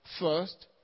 first